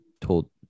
told